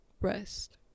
rest